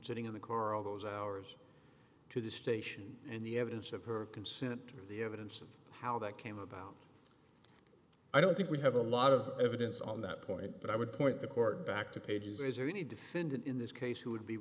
sitting in the car all those hours to the station and the evidence of her consent the evidence of how that came about i don't think we have a lot of evidence on that point but i would point the court back to pages or any defendant in this case who would be